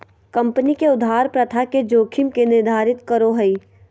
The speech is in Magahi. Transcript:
कम्पनी के उधार प्रथा के जोखिम के निर्धारित करो हइ